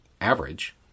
average